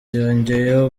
yongeyeho